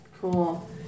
Cool